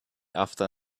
after